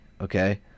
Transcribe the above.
okay